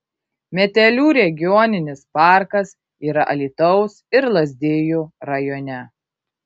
metelių regioninis parkas yra alytaus ir lazdijų rajone